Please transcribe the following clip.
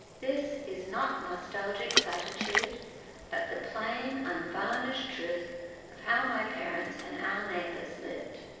this is not nostalgic platitude but the plain unvarnished truth of how my parents and our neighbours lived.